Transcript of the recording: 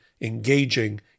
engaging